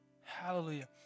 Hallelujah